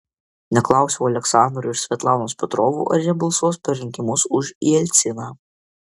neklausiau aleksandro ir svetlanos petrovų ar jie balsuos per rinkimus už jelciną